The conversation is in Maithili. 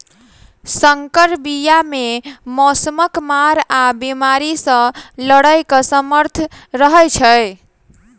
सँकर बीया मे मौसमक मार आ बेमारी सँ लड़ैक सामर्थ रहै छै